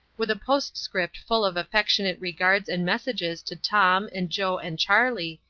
with a postscript full of affectionate regards and messages to tom, and joe, and charley,